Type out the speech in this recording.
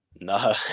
no